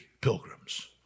pilgrims